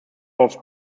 off